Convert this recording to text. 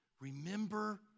remember